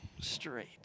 straight